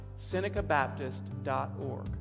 SenecaBaptist.org